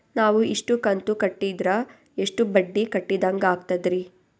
ನಾವು ಇಷ್ಟು ಕಂತು ಕಟ್ಟೀದ್ರ ಎಷ್ಟು ಬಡ್ಡೀ ಕಟ್ಟಿದಂಗಾಗ್ತದ್ರೀ?